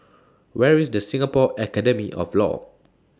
Where IS The Singapore Academy of law